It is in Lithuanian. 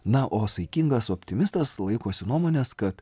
na o saikingas optimistas laikosi nuomonės kad